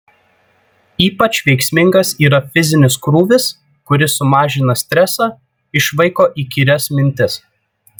ypač veiksmingas yra fizinis krūvis kuris sumažina stresą išvaiko įkyrias mintis